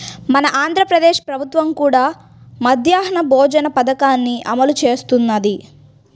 మన ఆంధ్ర ప్రదేశ్ ప్రభుత్వం కూడా మధ్యాహ్న భోజన పథకాన్ని అమలు చేస్తున్నది